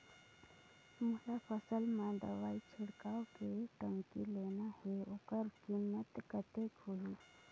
मोला फसल मां दवाई छिड़काव के टंकी लेना हे ओकर कीमत कतेक होही?